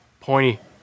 pointy